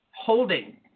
holding